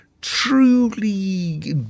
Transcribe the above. truly